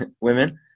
women